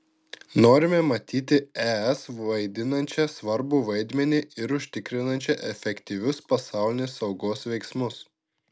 norime matyti es vaidinančią svarbų vaidmenį ir užtikrinančią efektyvius pasaulinės saugos veiksmus